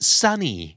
sunny